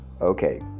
Okay